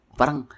parang